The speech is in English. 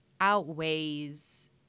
outweighs